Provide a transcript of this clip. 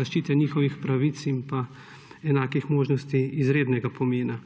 zaščite njihovih pravic in enakih možnosti izrednega pomena.